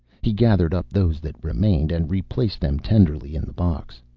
he gathered up those that remained and replaced them tenderly in the box.